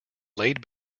laid